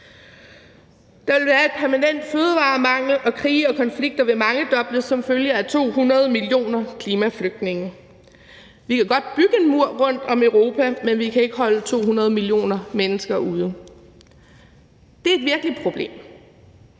Der vil være en permanent fødevaremangel, og krige og konflikter vil mangedobles som følge af 200 millioner klimaflygtninge. Vi kan godt bygge en mur rundt om Europa, men vi kan ikke holde 200 millioner mennesker ude. Det er et virkeligt problem.